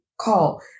call